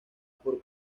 por